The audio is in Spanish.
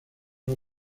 los